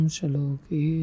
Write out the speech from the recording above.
Shaloki